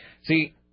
See